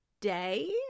day